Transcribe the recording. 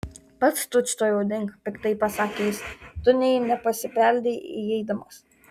pats tučtuojau dink piktai pasakė jis tu nė nepasibeldei įeidamas